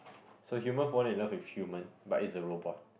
so human fall in love with human but is a robot